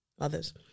others